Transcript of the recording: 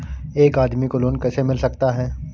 एक आदमी को लोन कैसे मिल सकता है?